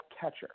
catcher